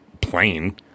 plain